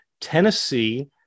Tennessee